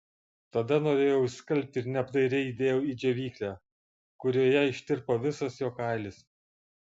tada norėjau išskalbti ir neapdairiai įdėjau į džiovyklę kurioje ištirpo visas jo kailis